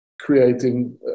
creating